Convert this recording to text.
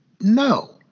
No